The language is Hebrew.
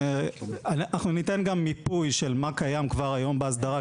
אנחנו ניתן גם מיפוי של מה קיים כבר היום בהסדרה,